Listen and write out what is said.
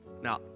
Now